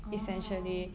orh